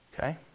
Okay